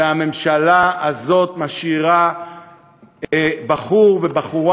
והממשלה הזאת משאירה בחור ובחורה,